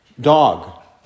Dog